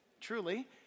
truly